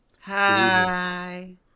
hi